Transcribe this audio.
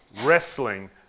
wrestling